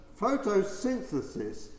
photosynthesis